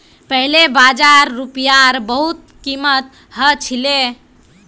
पहले हजार रूपयार बहुत कीमत ह छिले